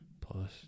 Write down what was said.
plus